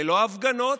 ללא הפגנות,